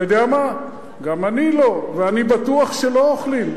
אתה יודע מה, גם אני לא, ואני בטוח שלא אוכלים.